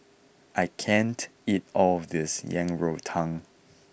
I can't eat all of this Yang Rou Tang